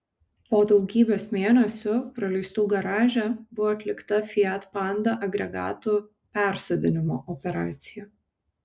po daugybės mėnesių praleistų garaže buvo atlikta fiat panda agregatų persodinimo operacija